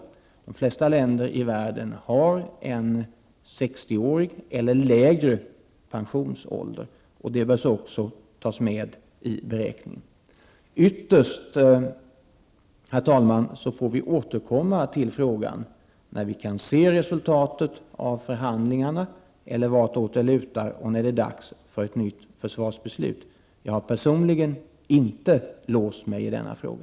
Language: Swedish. De flesta länder i världen har en 60-årig eller lägre pensionsålder. Det bör också tas med i beräkningen. Herr talman! Ytterst får vi återkomma till frågan när vi kan se resultatet av förhandlingarna eller vartåt det lutar och när det är dags för ett nytt försvarsbeslut. Jag har personligen inte låst mig i denna fråga.